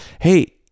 hey